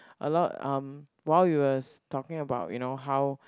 a lot um while you was talking about you know how